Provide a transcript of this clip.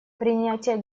принятие